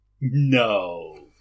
No